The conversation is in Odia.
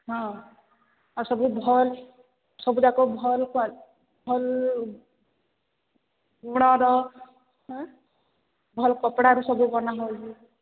ହଁ ଆଉ ସବୁ ଭଲ ସବୁ ଯାକ ଭଲ ଗୁଣର ହେଁ ଭଲ କପଡ଼ାରୁ ସବୁ ବନା ହେଉଛି